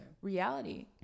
reality